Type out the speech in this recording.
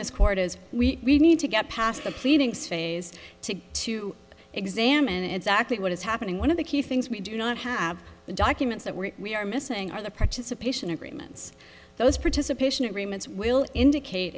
this court is we need to get past the pleadings phase to to examine exactly what is happening one of the key things we do not have the documents that we are missing are the participation agreements those participation agreement will indicate